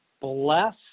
bless